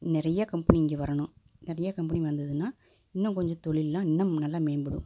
நிறையா கம்பெனி இங்கே வரணும் நிறையா கம்பெனி வந்ததுன்னா இன்னும் கொஞ்சம் தொழில்லாம் இன்னும் நல்லா மேம்படும்